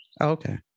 Okay